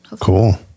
cool